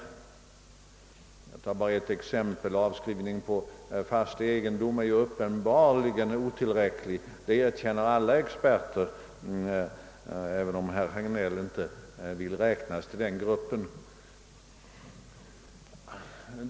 Jag skall bara ta ett exempel: Avskrivningen på fast egendom är uppenbarligen otillräcklig; det erkänner alla experter, även om herr Hagnellinte vill räknas till den gruppen.